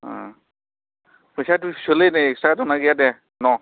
फैसाया दुइस'लै नै एकस' टाका दंना गैया दे न'